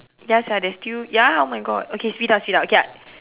ya sia they still ya oh my God okay speed up speed up okay I